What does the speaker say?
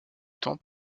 temps